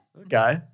Okay